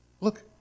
look